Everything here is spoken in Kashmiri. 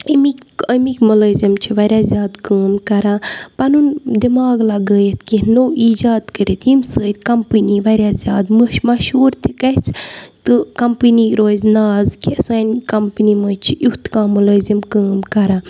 امِکۍ اَمِکۍ مُلٲزِم چھِ واریاہ زیادٕ کٲم کَران پَنُن دِماغ لگٲیِتھ کینٛہہ نوٚو ایجاد کٔرِتھ ییٚمہِ سۭتۍ کَمپٔنی واریاہ زیادٕ مٔش مشہوٗر تہِ گژھِ تہٕ کَمپٔنی روزِ ناز کہِ سانہِ کَمپٔنی منٛز چھِ ایُتھ کانٛہہ مُلٲزِم کٲم کَران